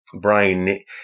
brain